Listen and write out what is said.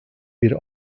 bir